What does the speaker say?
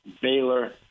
Baylor